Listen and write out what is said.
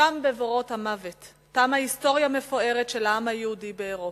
שם בבורות המוות תמה היסטוריה מפוארת של העם היהודי באירופה.